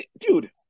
dude